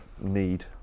need